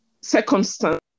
circumstance